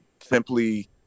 simply